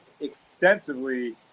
extensively